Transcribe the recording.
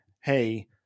hey